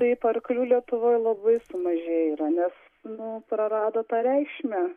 taip arklių lietuvoj labai sumažėję yra nes nu prarado tą reikšmę